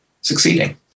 succeeding